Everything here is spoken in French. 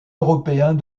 européens